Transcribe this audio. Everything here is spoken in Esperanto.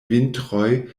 vintroj